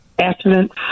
Accident